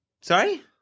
Sorry